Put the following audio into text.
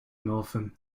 northern